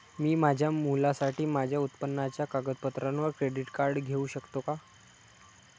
मी माझ्या मुलासाठी माझ्या उत्पन्नाच्या कागदपत्रांवर क्रेडिट कार्ड घेऊ शकतो का?